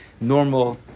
normal